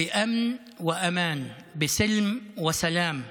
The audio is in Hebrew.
בביטחון ובבטיחות, בשלמות ובשלום,